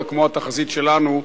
אלא כמו התחזית שלנו,